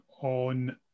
on